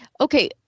okay